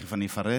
תכף אני אפרט,